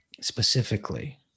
specifically